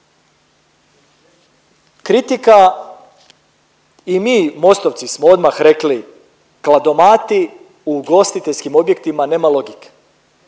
Kritika i mi MOST-ovci smo odmah rekli kladomati u ugostiteljskim objektima nema logike.